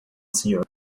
senhor